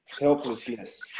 helplessness